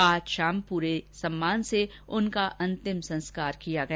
आज शाम पूरे सम्मान से उनका अंतिम संस्कार किया गया